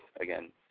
Again